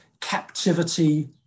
captivity